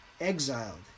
exiled